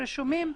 רשומים.